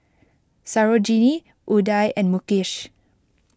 Sarojini Udai and Mukesh